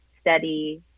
steady